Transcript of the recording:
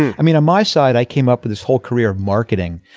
i mean on my side i came up with this whole career of marketing.